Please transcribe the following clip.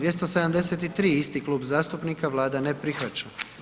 273. isti klub zastupnika, Vlada ne prihvaća.